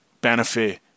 benefit